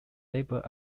labor